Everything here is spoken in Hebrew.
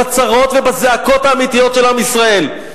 בצרות ובזעקות האמיתיות של עם ישראל.